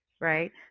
right